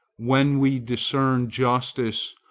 when we discern justice,